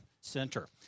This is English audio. Center